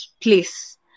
place